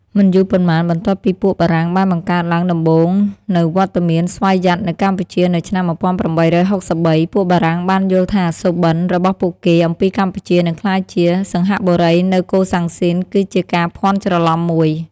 មិនយូរប៉ុន្មាន បន្ទាប់ពីពួកបារាំងបានបង្កើតឡើងដំបូងនូវវត្តមានស្វយ័តនៅកម្ពុជានៅឆ្នាំ ១៨៦៣ ពួកបារាំងបានយល់ថាសុបិន្ត របស់ពួកគេអំពីកម្ពុជានឹងក្លាយជា សិង្ហបុរីនៅកូសាំង ស៊ីន គឺជាការភាន់ច្រឡំមួយ ។